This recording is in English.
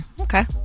okay